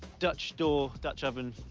dutch door dutch oven